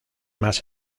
más